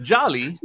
Jolly